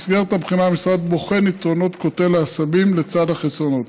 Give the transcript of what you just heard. במסגרת הבחינה המשרד בוחן את יתרונות קוטל העשבים לצד החסרונות.